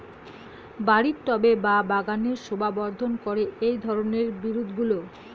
বাড়ির টবে বা বাগানের শোভাবর্ধন করে এই ধরণের বিরুৎগুলো